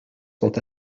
sont